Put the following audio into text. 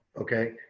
Okay